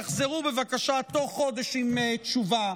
יחזרו בבקשה תוך חודש עם תשובה,